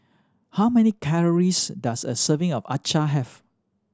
how many calories does a serving of acar have